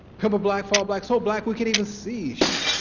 cup of black, fall black, so black we could even sees you,